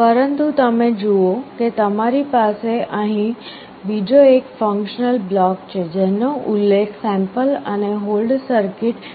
પરંતુ તમે જુઓ કે તમારી પાસે અહીં બીજો એક ફંક્શનલ બ્લોક છે જેનો ઉલ્લેખ સેમ્પલ અને હોલ્ડ સર્કિટ